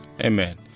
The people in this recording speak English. Amen